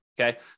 okay